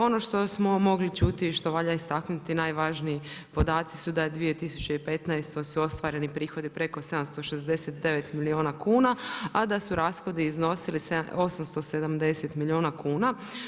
Ono što smo mogli čuti i što valja istaknuti najvažniji podaci su da u 2015. su ostvareni prihodi preko 769 milijuna kuna a da su rashodi iznosili 870 milijuna kuna.